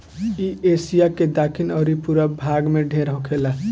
इ एशिया के दखिन अउरी पूरब भाग में ढेर होखेला